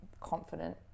confident